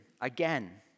again